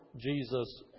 Jesus